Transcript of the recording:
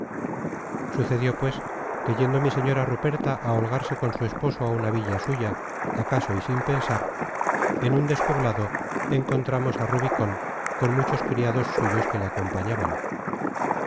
sucedió pues que yendo mi señora ruperta á holgarse con su esposo á una villa suya acaso y sin pensar en un despoblado encontramos á rubicón con muchos criados suyos que le acompañaban